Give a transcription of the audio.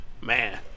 Man